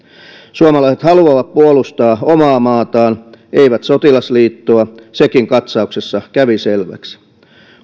suomalaiset haluavat puolustaa omaa maataan eivät sotilasliittoa sekin katsauksessa kävi selväksi